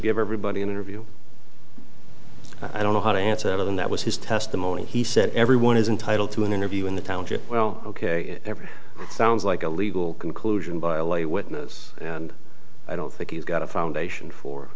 give everybody an interview i don't know how to answer them that was his testimony he said everyone is entitled to an interview in the township well ok every sounds like a legal conclusion by a lay witness and i don't think he's got a foundation for